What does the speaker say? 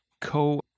co